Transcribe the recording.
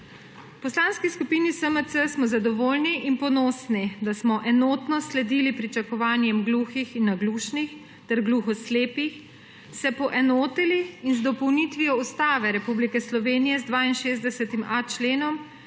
Poslanski skupini SMC smo zadovoljni in ponosni, da smo enotno sledili pričakovanju gluhih in naglušnih ter gluho slepih se poenotili in z dopolnitvijo Ustave Republike Slovenije z 62.a členom